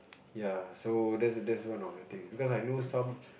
ya so that's that's one of the things because I know some